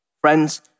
Friends